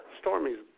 Stormy's